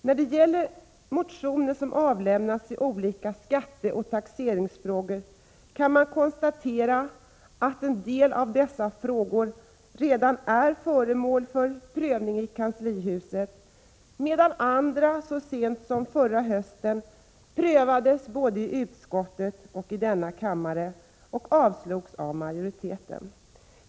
När det gäller motioner som avlämnats i olika skatteoch taxeringsfrågor kan man konstatera att en del av dessa frågor redan är föremål för prövning i kanslihuset, medan andra så sent som förra hösten prövades både i utskottet och i denna kammare — och avslogs av majoriteten.